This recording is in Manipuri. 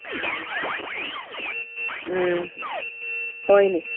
ꯎꯝ ꯎꯝ ꯍꯣꯏꯅꯦ